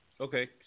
Okay